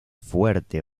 fuerte